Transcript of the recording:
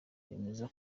bemeza